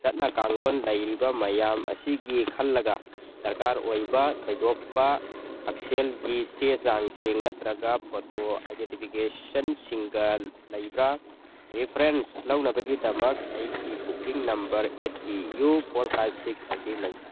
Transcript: ꯆꯠꯅ ꯀꯥꯡꯂꯣꯟ ꯂꯩꯔꯤꯕ ꯃꯌꯥꯝ ꯑꯁꯤꯒꯤ ꯈꯜꯂꯒ ꯗꯔꯀꯥꯔ ꯑꯣꯏꯕ ꯊꯣꯏꯗꯣꯛꯄ ꯍꯛꯁꯦꯜꯒꯤ ꯆꯦ ꯆꯥꯡꯁꯤꯡ ꯅꯠꯇ꯭ꯔꯒ ꯐꯣꯇꯣ ꯑꯥꯏꯗꯦꯟꯇꯤꯐꯤꯀꯦꯁꯟꯁꯤꯡꯒ ꯂꯩꯕ꯭ꯔ ꯔꯤꯐꯔꯦꯟꯁ ꯂꯧꯅꯕꯒꯤꯗꯃꯛ ꯑꯩꯒꯤ booking number S T U four five six ꯑꯁꯤ ꯂꯩ